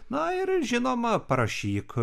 na ir žinoma parašyk